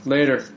Later